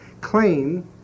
claim